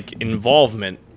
involvement